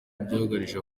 byugarije